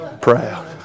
Proud